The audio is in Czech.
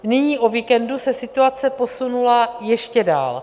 Nyní o víkendu se situace posunula ještě dál.